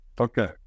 Okay